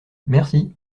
merci